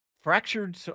fractured